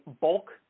bulk